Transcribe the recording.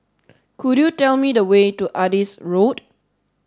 could you tell me the way to Adis Road